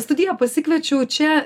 į studiją pasikviečiau čia